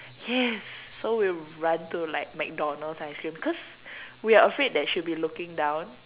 yes so we run to like McDonald's ice cream cause we are afraid that she'll be looking down